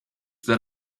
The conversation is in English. that